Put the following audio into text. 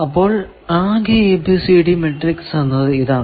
അപ്പോൾ ആകെ ABCD matrix എന്നത് ഇതാണ്